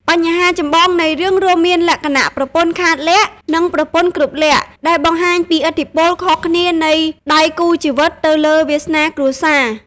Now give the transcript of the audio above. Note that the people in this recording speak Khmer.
បញ្ហាចម្បងនៃរឿងរួមមានលក្ខណៈប្រពន្ធខាតលក្ខណ៍ និងប្រពន្ធគ្រប់លក្ខណ៍ ដែលបង្ហាញពីឥទ្ធិពលខុសគ្នានៃដៃគូជីវិតទៅលើវាសនាគ្រួសារ។